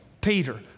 Peter